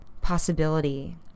possibility